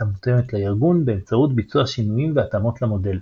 המותאמת לארגון באמצעות ביצוע שינויים והתאמות למודל.